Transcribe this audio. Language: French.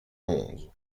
onze